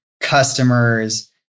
customers